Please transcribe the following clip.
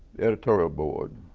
editorial board,